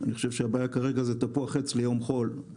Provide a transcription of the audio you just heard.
אני חושב שהבעיה כרגע זה תפוח עץ ליום חול.